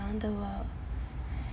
around the world